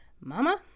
Mama